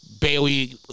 Bailey